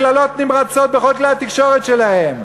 קללות נמרצות בכל כלי התקשורת שלהם.